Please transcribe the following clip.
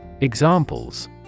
Examples